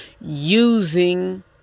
using